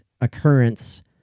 occurrence